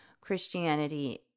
Christianity